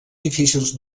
difícils